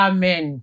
Amen